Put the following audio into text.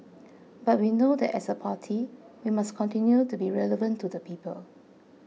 but we know that as a party we must continue to be relevant to the people